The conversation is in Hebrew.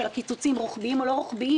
של הקיצוצים הרוחביים או לא רוחביים